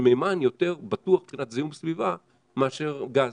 שמימן יותר בטוח מבחינת זיהום סביבה מאשר גז.